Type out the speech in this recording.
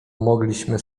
mogliśmy